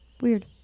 Weird